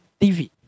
TV